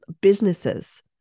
businesses